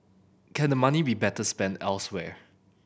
can the money be better spent elsewhere